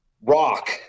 Rock